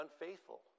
unfaithful